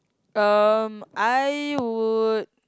um I would